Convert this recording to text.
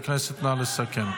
מזכירות הכנסת, נא לסכם.